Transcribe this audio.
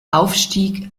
aufstieg